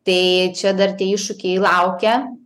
tai čia dar tie iššūkiai laukia